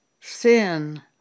sin